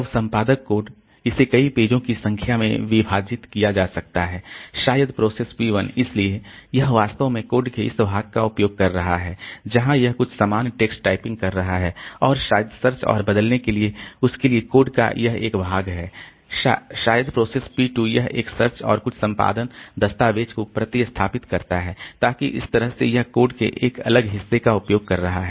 अब संपादक कोड इसे कई पेजों की संख्या में विभाजित किया जा सकता है शायद प्रोसेस P 1 इसलिए यह वास्तव में कोड के इस भाग का उपयोग कर रहा है जहां यह कुछ सामान्य टेक्स्ट टाइपिंग कर रहा है और शायद सर्च और बदलने के लिए उस के लिए कोड का यह एक भाग है शायद प्रोसेस P 2 यह एक सर्च और कुछ संपादन दस्तावेज़ को प्रतिस्थापित करता है ताकि इस तरह से यह कोड के एक अलग हिस्से का उपयोग कर रहा है